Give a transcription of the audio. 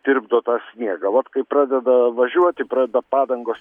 tirpdo tą sniegą vot kai pradeda važiuoti pradeda padangos